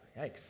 yikes